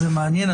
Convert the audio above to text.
מעניין,